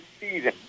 season